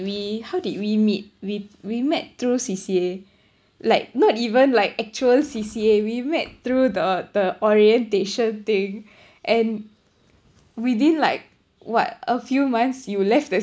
we how did we meet we we met through C_C_A like not even like actual C_C_A we met through the the orientation thing and within like what a few months you left the